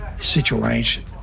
situation